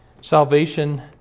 Salvation